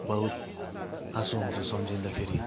बहुत आँसु आउँछ सम्झिँदाखेरि